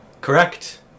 Correct